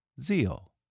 Zeal